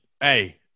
hey